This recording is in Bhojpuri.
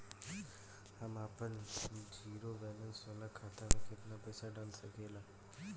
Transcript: हम आपन जिरो बैलेंस वाला खाता मे केतना पईसा डाल सकेला?